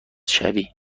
شوی